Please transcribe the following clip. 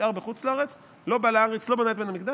נשאר בחוץ לארץ, לא בא לארץ, לא בנה את בית המקדש.